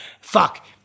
fuck